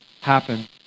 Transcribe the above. happen